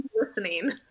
Listening